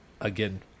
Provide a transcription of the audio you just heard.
again